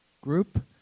group